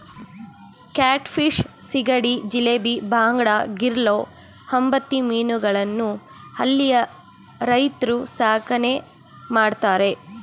cat fish, ಸೀಗಡಿ, ಜಿಲೇಬಿ, ಬಾಂಗಡಾ, ಗಿರ್ಲೂ, ಅಂಬತಿ ಮೀನುಗಳನ್ನು ಹಳ್ಳಿಯ ರೈತ್ರು ಸಾಕಣೆ ಮಾಡ್ತರೆ